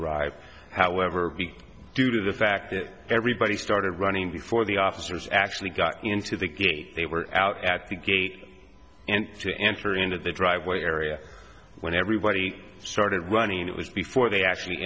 arrived however due to the fact that everybody started running before the officers actually got into the gate they were out at the gate and to enter into the driveway area when everybody started running it was before they actually